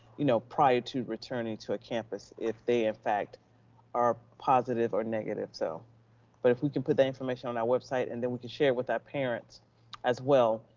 you know, prior to returning to a campus, if they in fact are positive or negative. so but if we can put that information on our website and then we can share with our parents as well,